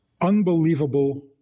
unbelievable